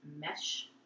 mesh